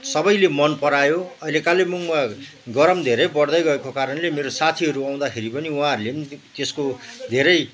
सबैले मनपरायो अहिले कालिम्पोङमा गरम धेरै बढ्दै गएको कारणले मेरो साथीहरू आउँदाखेरि पनि उहाँहरूले पनि त्यसको धेरै